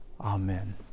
amen